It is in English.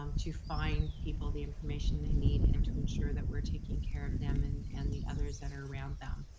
um to find people the information they need, and to ensure that we're taking care of them and and the others that are around them.